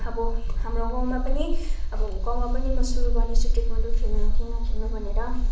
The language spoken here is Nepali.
अब हाम्रो गाउँमा पनि अब गाउँमा पनि म सुरु गर्नेछु ताइक्वान्डो खेल्नु कि नखेल्नु भनेर